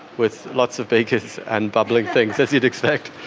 with lots of beakers and bubbling things, as you'd expect.